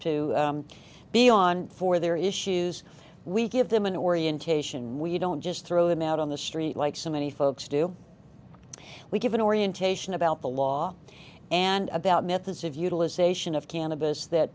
to be on for their issues we give them an orientation we don't just throw them out on the street like so many folks do we give an orientation about the law and about methods of utilization of cannabis that